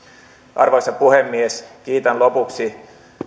arvoisa puhemies kiitän lopuksi